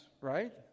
right